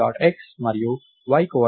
x మరియు దాని y coordinate L